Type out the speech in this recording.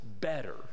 better